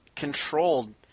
controlled